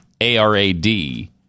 A-R-A-D